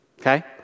okay